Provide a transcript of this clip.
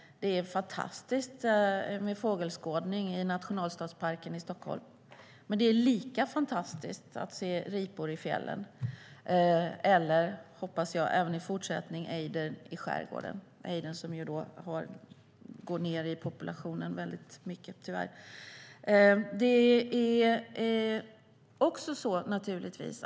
Det är fantastiskt med fågelskådning i Nationalstadsparken i Stockholm, men det är lika fantastiskt att se ripor i fjällen eller, hoppas jag även i fortsättningen, ejdern i skärgården. Ejderpopulationen går ju tyvärr ned väldigt mycket.